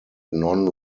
non